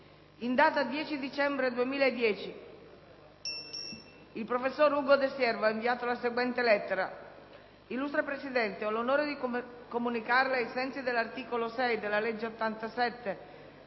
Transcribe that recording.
In data 10 dicembre 2010, il professor Ugo De Siervo ha inviato la seguente lettera: